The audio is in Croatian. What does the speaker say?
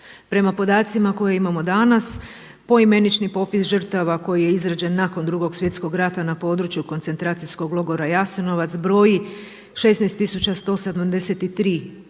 Prema podacima koje imamo danas poimenični popis žrtava koji je izrađen nakon Drugog svjetskog rata na području koncentracijskog logora Jasenovac broji 16173